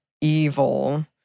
evil